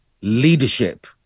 Leadership